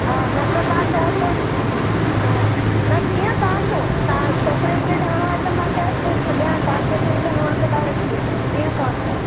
हा न त तव्हां चओ त हा न जीअं तव्हां चओ तव्हां छोकिरे खे ॾियणो आहे त मां कैश ॾई छॾियां तव्हांखे पे करिणो आहे त डाइरेक्ट पे कयां जीअं तव्हां चओ